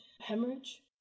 hemorrhage